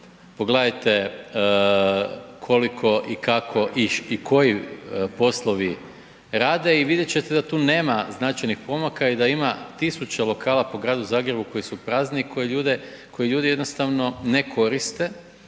pogledajte koliko i kako i koji poslovi rade i vidjet ćete da tu nema značajnih pomaka i da ima tisuće lokala po gradu Zagrebu koji su prazni i koje ljudi jednostavno ne koriste.